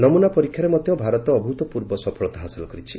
ନମୁନା ପରୀକ୍ଷାରେ ମଧ୍ୟ ଭାରତ ଅଭ୍ରତପୂର୍ବ ସଫଳତା ହାସଲ କରିଛି